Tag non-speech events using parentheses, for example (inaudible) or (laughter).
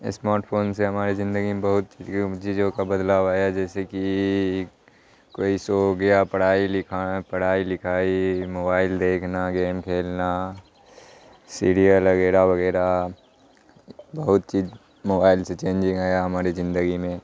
smart phone سے ہماری زندگی میں بہت (unintelligible) چیزوں کا بدلاؤ آیا جیسے کہ کوئی شو ہو گیا پڑھائی لکھا پڑھائی لکھائی موبائل دیکھنا گیم کھیلنا سیریئل وغیرہ وغیرہ بہت چیز موبائل سے چینجنگ آیا ہماری زندگی میں